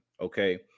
Okay